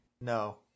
No